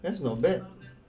that's not bad